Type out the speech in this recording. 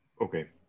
Okay